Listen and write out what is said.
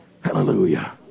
Hallelujah